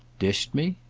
dished me?